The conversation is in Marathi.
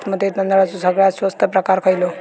बासमती तांदळाचो सगळ्यात स्वस्त प्रकार खयलो?